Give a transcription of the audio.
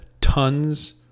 tons